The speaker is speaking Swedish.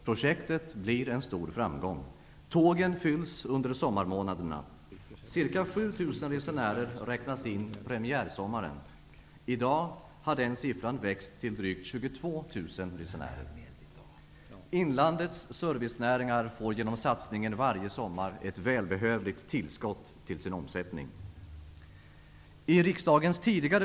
Projektet blir en stor framgång. Tågen fylls under sommarmånaderna. dag har den siffran växt till drygt 22 000 resenärer. Inlandets servicenäringar får genom satsningen varje sommar ett välbehövligt tillskott till sin omsättning.